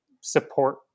support